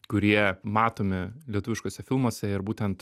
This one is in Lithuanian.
kurie matomi lietuviškuose filmuose ir būtent